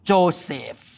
Joseph